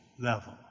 Level